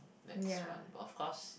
ya